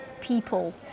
people